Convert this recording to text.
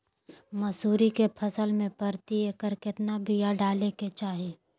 मसूरी के फसल में प्रति एकड़ केतना बिया डाले के चाही?